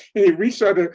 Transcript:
a resharper.